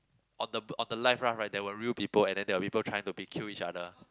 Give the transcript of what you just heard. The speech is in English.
on the boat on the life raft right there were real people and then there were people trying to be kill each other